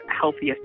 healthiest